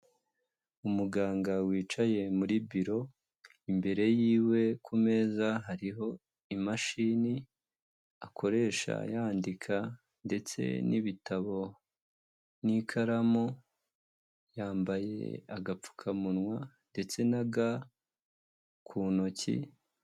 Umuganga wicaye muri biro imbere yiwe ku meza hariho imashini akoresha yandika ndetse n'ibitabo, ikaramu yambaye agapfuka munwa ndetse na ga mu ntoki.